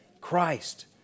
Christ